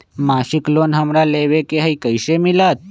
मासिक लोन हमरा लेवे के हई कैसे मिलत?